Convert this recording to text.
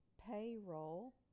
Payroll